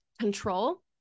control